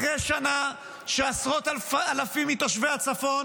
אחרי שנה שעשרות אלפים מתושבי הצפון